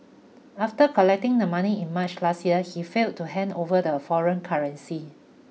after collecting the money in March last year he failed to hand over the foreign currency